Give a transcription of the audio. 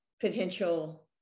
potential